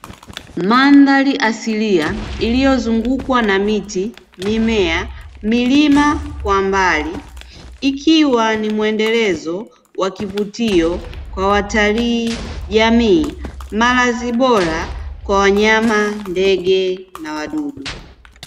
Mandhari asilia iliyozungukwa na miti, mimea, milima kwa mbali. Ikiwa ni mwendelezo wa kivutio kwa watalii, jamii; malazi bora kwa wanyama, ndege na wadudu.